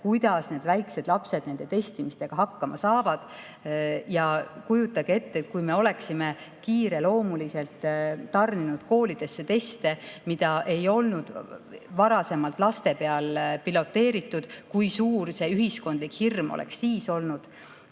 kuidas väikesed lapsed nende testimistega hakkama saavad. Ja kujutage ette, kui me oleksime kiireloomuliselt tarninud koolidesse teste, mida ei oleks olnud varasemalt laste peal piloteeritud, kui suur see ühiskondlik hirm oleks siis olnud.